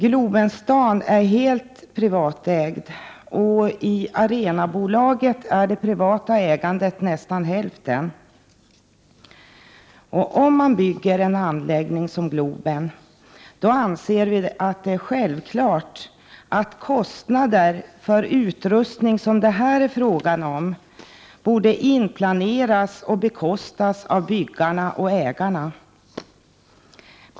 Globenstaden är helt privatägd, och i Arenabolaget är det privata ägandet nästan hälften. Om man bygger en anläggning som Globen, anser vi att det är självklart att sådan utrustning som det här är fråga om borde inplaneras och bekostas av byggarna och ägarna.